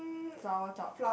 flower top